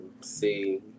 See